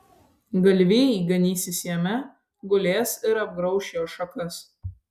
galvijai ganysis jame gulės ir apgrauš jo šakas